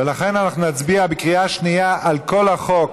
ולכן אנחנו נצביע בקריאה שנייה על כל החוק